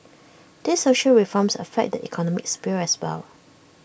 these social reforms affect the economic sphere as well